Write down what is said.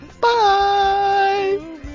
bye